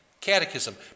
catechism